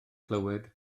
clywed